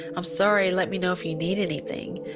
i'm sorry let me know if you need anything.